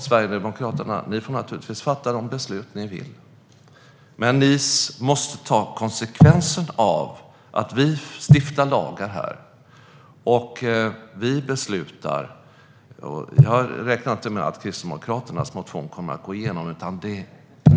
Sverigedemokraterna får naturligtvis fatta vilka beslut ni vill, men ni måste ta konsekvenserna av att vi stiftar lagar här - vi beslutar. Jag räknar inte med att Kristdemokraternas motion kommer att gå igenom.